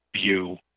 view